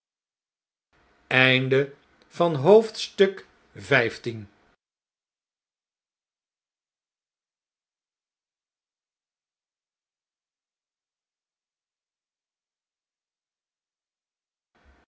gezichten van het